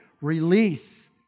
release